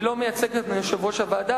אני לא מייצג את יושב-ראש הוועדה,